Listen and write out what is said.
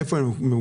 איפה הם ממוקמים?